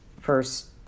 first